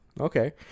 okay